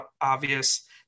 obvious